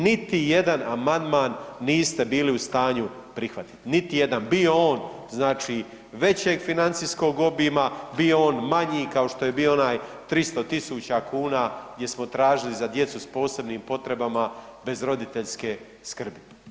Niti jedan amandman niste bili u stanju prihvatiti, niti jedan, bio on znači većeg financijskog obima, bio on manji kao što je bio onaj 300.000 kuna gdje smo tražili za djecu s posebnim potrebama bez roditeljske skrbi.